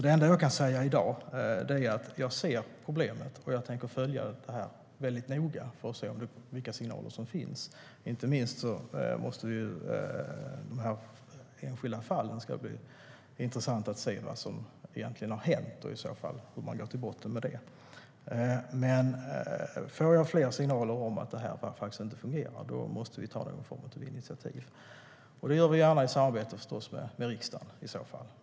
Det enda jag kan säga i dag är att jag ser problemet och tänker följa upp det väldigt noga för att se vilka signaler som finns. Inte minst ska det bli intressant att se vad som egentligen har hänt i de enskilda fallen och hur man går till botten med det. Får jag fler signaler om att det här inte fungerar måste vi ta någon form av initiativ, och det gör vi förstås i så fall gärna i samarbete med riksdagen.